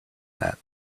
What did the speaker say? that